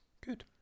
Good